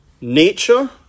Nature